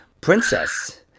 Princess